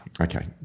Okay